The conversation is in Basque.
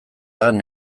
han